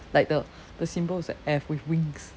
like the the symbol is a F with wings